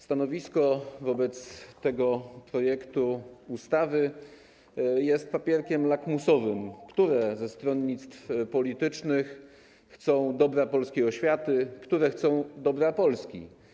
Stanowisko wobec tego projektu ustawy jest papierkiem lakmusowym, które ze stronnictw politycznych chcą dobra polskiej oświaty, które chcą dobra Polski.